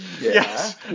Yes